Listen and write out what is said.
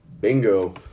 Bingo